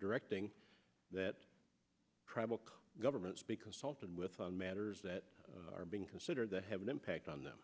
directing that tribal governments because often with on matters that are being considered that have an impact on them